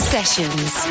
Sessions